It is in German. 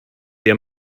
der